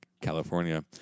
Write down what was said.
California